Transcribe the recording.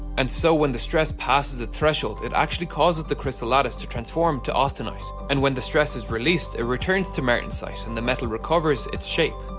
and so when the stress passes a threshold it actually causes the crystal lattice to transform to austenite, and when the stress is released it returns to martensite and the metal recovers its shape.